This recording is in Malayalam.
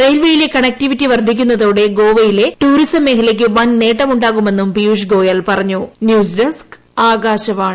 റെയിൽവേയിലെ കണക്റ്റിവിറ്റി വർദ്ധിക്കുന്നതോടെ ഗോവയിലെ ടൂറിസം മേഖലയ്ക്ക് വൻ നേട്ടമുണ്ടാകുമെന്നും പീയുഷ് ഗോയൽ ന്യൂസ് ഡെസ്ക് ആകാശവാണി